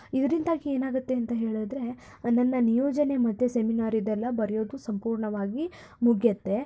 ಇದರಿಂದಾಗಿ ಏನಾಗತ್ತೆ ಅಂತ ಹೇಳಿದರೆ ನನ್ನ ನಿಯೋಜನೆ ಮತ್ತು ಸೆಮಿನಾರ್ ಇದೆಲ್ಲ ಬರೆಯೋದು ಸಂಪೂರ್ಣವಾಗಿ ಮುಗಿಯತ್ತೆ